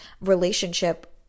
relationship